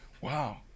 Wow